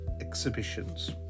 exhibitions